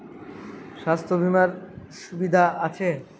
স্বাস্থ্য বিমার সুবিধা আছে?